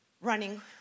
running